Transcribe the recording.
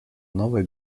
новое